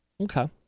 Okay